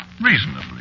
reasonably